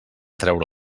treure